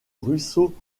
ruisseau